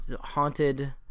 Haunted